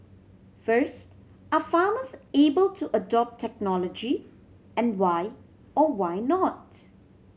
first are farmers able to adopt technology and why or why not